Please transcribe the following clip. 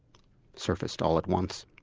surfaced all at once.